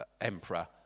emperor